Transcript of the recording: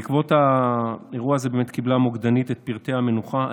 בעקבות האירוע הזה קיבלה המוקדנית את פרטי המנוחה,